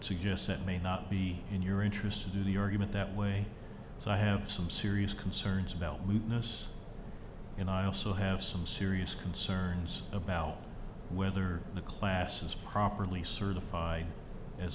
suggests it may not be in your interest in the argument that way so i have some serious concerns about weakness and i also have some serious concerns about whether the classes properly certified as